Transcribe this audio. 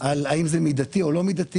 על האם זה מידתי או לא מידתי,